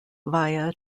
via